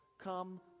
come